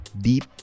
Deep